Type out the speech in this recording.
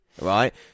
right